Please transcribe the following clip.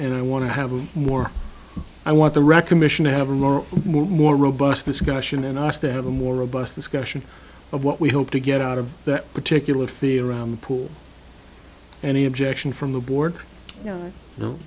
and i want to have more i want the recognition to have a more more robust discussion an os to have a more robust discussion of what we hope to get out of that particular field around the pool any objection from the board no no